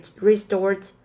restored